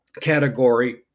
category